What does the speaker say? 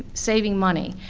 saving money.